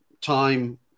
time